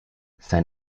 sein